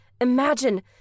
Imagine